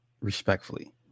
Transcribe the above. respectfully